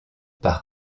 par